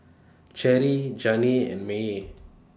Cherry Janae and Maye